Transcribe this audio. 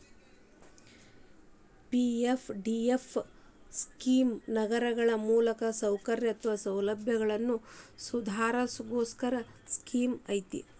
PFDF scheme ನಗರಗಳ ಮೂಲಸೌಕರ್ಯ ಸೌಲಭ್ಯನ ಸುಧಾರಸೋ ಸ್ಕೇಮ್ ಐತಿ